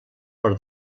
per